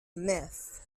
myth